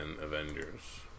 Avengers